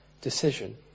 decision